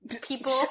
people